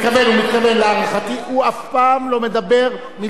להערכתי הוא אף פעם לא מדבר מלה אחת מיותרת.